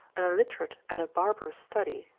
an illiterate and a barbarous study,